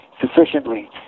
sufficiently